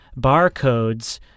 barcodes